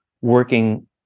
working